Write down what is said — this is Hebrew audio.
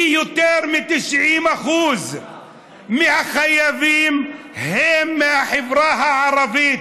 כי יותר מ-90% מהחייבים הם מהחברה הערבית.